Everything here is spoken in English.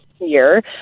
year